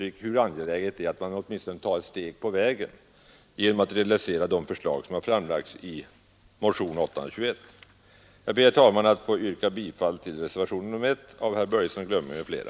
Det är angeläget att man nu tar ett steg på vägen genom att förverkliga förslagen i motionen 821. Jag ber, herr talman, att få yrka bifall till reservationen 1 av herr Börjesson i Glömminge m.fl.